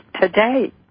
today